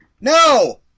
No